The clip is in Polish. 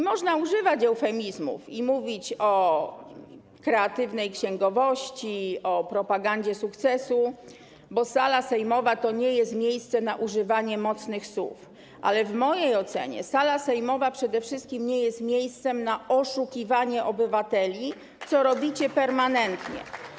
Można używać eufemizmów i mówić o kreatywnej księgowości, o propagandzie sukcesu, bo sala sejmowa to nie jest miejsce na używanie mocnych słów, ale w mojej ocenie sala sejmowa przede wszystkim nie jest miejscem na oszukiwanie obywateli, co robicie permanentnie.